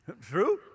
True